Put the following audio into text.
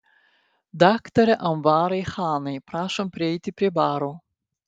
daktare anvarai chanai prašom prieiti prie baro